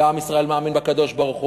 ועם ישראל מאמין בקדוש-ברוך-הוא,